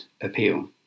appeal